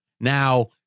Now